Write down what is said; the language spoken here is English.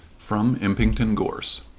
from impington gorse.